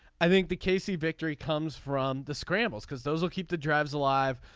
i think the casey victory comes from the scrambles because those will keep the drives alive.